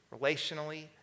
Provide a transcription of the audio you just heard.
relationally